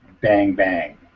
bang-bang